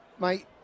mate